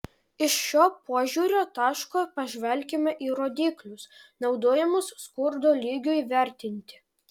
iš šio požiūrio taško pažvelkime į rodiklius naudojamus skurdo lygiui vertinti